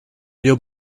your